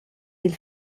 dil